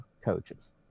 coaches